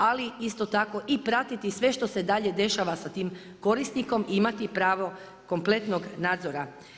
Ali isto tako i pratiti sve što se dalje dešava sa tim korisnikom imati pravo kompletnog nadzora.